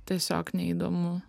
tiesiog neįdomu